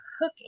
hook